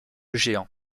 géant